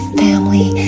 family